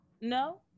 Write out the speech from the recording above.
no